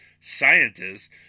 scientists